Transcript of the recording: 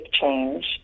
change